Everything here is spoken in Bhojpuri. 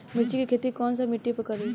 मिर्ची के खेती कौन सा मिट्टी पर करी?